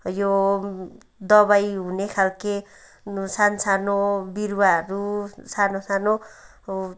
यो दबाई हुने खालको सानोसानो बिरुवाहरू सानोसानो